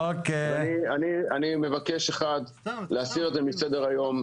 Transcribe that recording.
אני מבקש להסיר את זה מסדר היום,